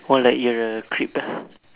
more like you are a creep ah